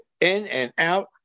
in-and-out